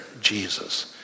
Jesus